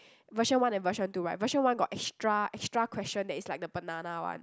version one and version two right version one got extra extra question that is like the banana one